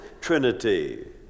trinity